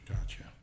Gotcha